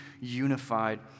unified